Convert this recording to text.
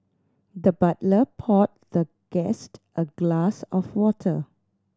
the butler poured the guest a glass of water